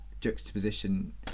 juxtaposition